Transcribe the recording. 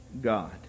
God